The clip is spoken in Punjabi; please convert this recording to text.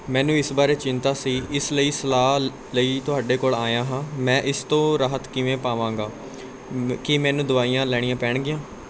ਮੈਨੂੰ ਇਸ ਬਾਰੇ ਚਿੰਤਾ ਸੀ ਇਸ ਲਈ ਸਲਾਹ ਲਈ ਤੁਹਾਡੇ ਕੋਲ ਆਇਆ ਹਾਂ ਮੈਂ ਇਸ ਤੋਂ ਰਾਹਤ ਕਿਵੇਂ ਪਾਵਾਂਗਾ ਕੀ ਮੈਨੂੰ ਦਵਾਈਆਂ ਲੈਣੀਆਂ ਪੈਣਗੀਆਂ